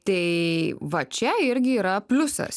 tai va čia irgi yra pliusas